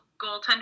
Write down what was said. goaltender